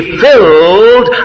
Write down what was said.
filled